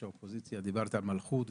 דיברת על מלכות ומלכות,